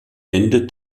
endet